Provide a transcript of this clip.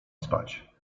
spać